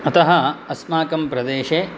अतः अस्माकं प्रदेशे